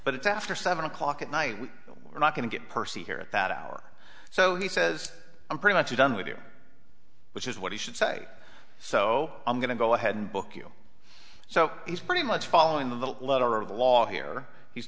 but it's after seven o'clock at night we're not going to get percy here at that hour so he says i'm pretty much done with here which is what he should say so i'm going to go ahead and book you so he's pretty much following the letter of the law here he's